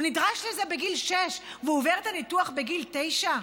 הוא נדרש לזה בגיל שש, ועובר את הניתוח בגיל תשע?